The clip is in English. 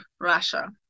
Russia